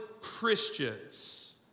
Christians